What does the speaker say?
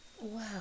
Wow